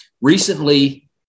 recently